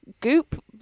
goop